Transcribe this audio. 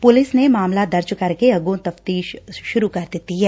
police ਨੇ ਮਾਮਲਾ ਦਰਜ ਕਰਕੇ ਅੱਗੋ ਤਫ਼ਤੀਸ਼ ਸੁਰੂ ਕਰ ਦਿੱਤੀ ਐ